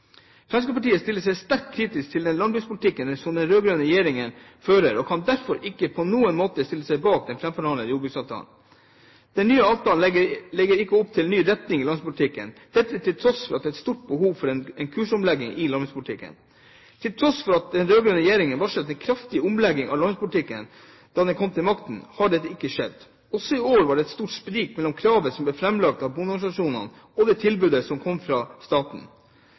Fremskrittspartiet stiller seg sterkt kritisk til den landbrukspolitikken som den rød-grønne regjeringen fører, og kan derfor ikke på noen måte stille seg bak den framforhandlede jordbruksavtalen. Den nye avtalen legger ikke opp til ny retning i landbrukspolitikken, dette til tross for at det er et stort behov for en kursomlegging. Til tross for at den rød-grønne regjeringen varslet en kraftig omlegging av landbrukspolitikken da den kom til makten, har det ikke skjedd. Også i år var det et stort sprik mellom det kravet som ble framlagt av bondeorganisasjonene, og det tilbudet som kom fra staten.